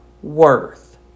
worth